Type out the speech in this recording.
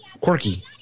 quirky